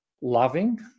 loving